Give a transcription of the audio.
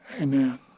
Amen